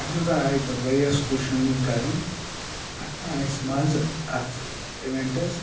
اَتھ منٛز آیہِ پَتہٕ واریاہ سکوٗل شٲمِل کَرنہٕ اَتھ آے اَسہِ مَزٕ اَتھ اِویٚنٹَس